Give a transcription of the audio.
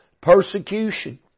persecution